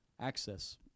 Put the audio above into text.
Access